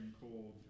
cold